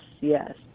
Yes